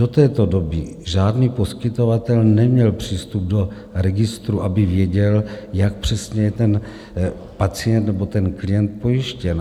Do této doby žádný poskytovatel neměl přístup do registru, aby věděl, jak přesně je pacient nebo klient pojištěn.